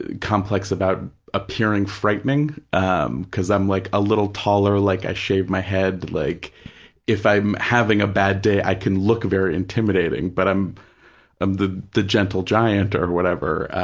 ah complex about appearing frightening, um because i'm like a little taller, like i shave my head, like if i'm having a bad day, i can look very intimidating, but i'm um the the gentle giant or whatever.